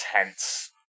intense